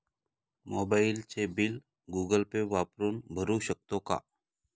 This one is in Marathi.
मोबाइलचे बिल गूगल पे वापरून भरू शकतो का?